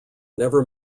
never